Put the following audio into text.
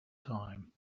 time